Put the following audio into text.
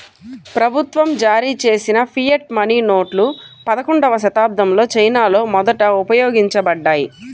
ప్రభుత్వం జారీచేసిన fiat money నోట్లు పదకొండవ శతాబ్దంలో చైనాలో మొదట ఉపయోగించబడ్డాయి